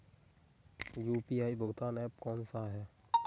UPI भुगतान app कौन सा है?